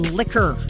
liquor